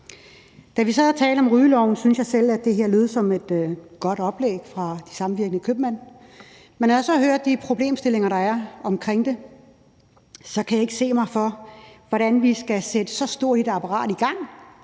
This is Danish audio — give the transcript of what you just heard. sad og talte om rygeloven, syntes jeg selv, at det lød som et godt oplæg fra De Samvirkende Købmænd, men når jeg så hører de problemstillinger, der er omkring det, kan jeg ikke se for mig, hvordan vi skal sætte så stort et apparat i gang